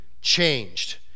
changed